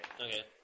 Okay